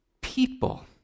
people